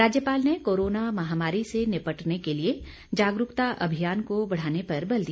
राज्यपाल ने कोरोना महामारी से निपटने को लिए जागरूकता अभियान को बढ़ाने पर बल दिया